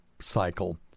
cycle